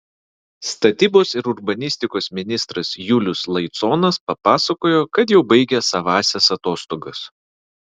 statybos ir urbanistikos ministras julius laiconas papasakojo kad jau baigė savąsias atostogas